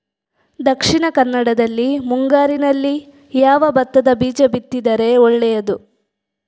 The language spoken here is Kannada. ದಕ್ಷಿಣ ಕನ್ನಡದಲ್ಲಿ ಮುಂಗಾರಿನಲ್ಲಿ ಯಾವ ಭತ್ತದ ಬೀಜ ಬಿತ್ತಿದರೆ ಒಳ್ಳೆಯದು?